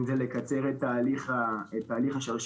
אם זה לקצר את תהליך השרשרת